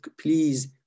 Please